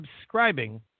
subscribing